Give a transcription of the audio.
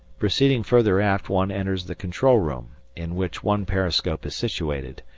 proceeding further aft one enters the control room, in which one periscope is situated,